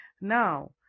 Now